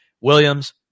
Williams